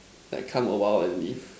like come a while and leave